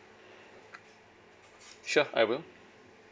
sure I will